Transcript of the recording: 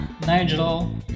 Nigel